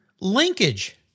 Linkage